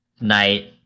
night